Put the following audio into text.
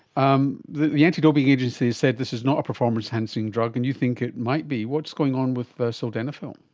um the the anti-doping agency said this is not a performance enhancing drug and you think it might be. what's going on with but sildenafil?